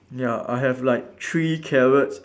ya I have like three carrots